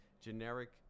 generic